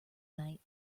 night